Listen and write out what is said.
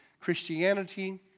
Christianity